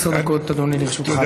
עד עשר דקות, אדוני, לרשותך.